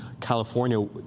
California